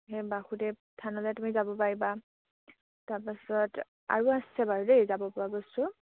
সেই বাসুদেৱ থানলে তুমি যাব পাৰিবা তাৰপাছত আৰু আছে বাৰু দেই যাব পৰা বস্তু